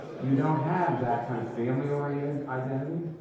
you don't have that kind of family-oriented identity.